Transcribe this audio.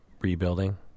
rebuilding